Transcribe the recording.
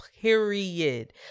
period